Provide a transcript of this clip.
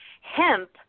hemp